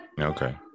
Okay